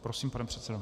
Prosím, pane předsedo.